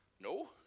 No